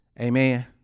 Amen